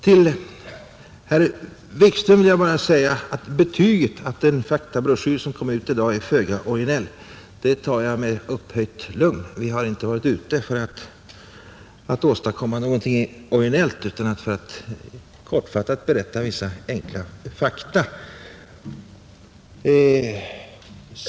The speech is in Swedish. Till herr Wikström vill jag bara säga att betyget att den faktabroschyr som kommer ut i dag är föga originell tar jag med upphöjt lugn. Den har inte varit ute efter att åstadkomma något originellt utan för att kortfattat berätta vissa enkla fakta.